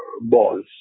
balls